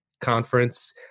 Conference